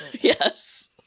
Yes